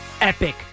epic